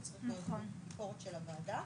הוא צריך לעבור ביקורת של הוועדה.